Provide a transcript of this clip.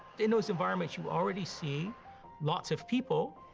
in those environments, you already see lots of people,